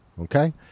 okay